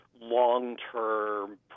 long-term